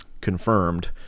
confirmed